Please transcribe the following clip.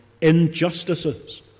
injustices